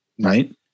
right